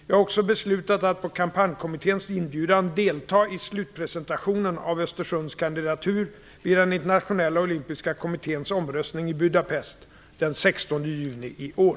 Jag har också beslutat att på kampanjkommitténs inbjudan delta i slutpresentationen av Östersunds kandidatur vid den internationella olympiska kommitténs omröstning i Budapest den 16 juni i år.